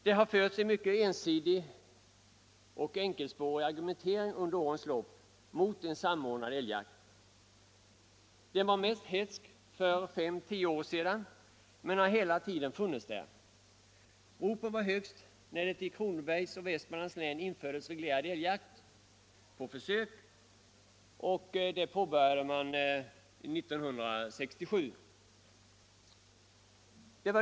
Det har förts en mycket ensidig och enkelspårig argumentering under årens lopp mot en samordnad älgjakt. Den var mest hätsk för fem å tio år sedan, men den har pågått hela tiden. Ropen ljöd högst när det 1967 infördes reglerad jakt på försök i Kronobergs och Västmanlands län.